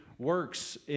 works